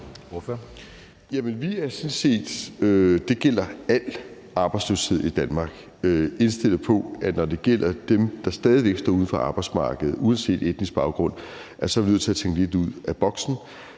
det gælder al arbejdsløshed i Danmark – indstillet på, at når det gælder dem, der stadig væk står uden for arbejdsmarkedet uanset etnisk baggrund, er vi nødt til at tænke lidt ud af boksen.